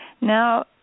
Now